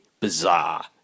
bizarre